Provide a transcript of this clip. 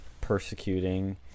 persecuting